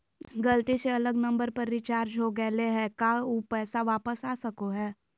गलती से अलग नंबर पर रिचार्ज हो गेलै है का ऊ पैसा वापस आ सको है?